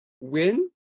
win